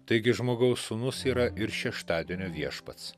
taigi žmogaus sūnus yra ir šeštadienio viešpats